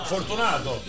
Fortunato